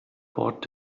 port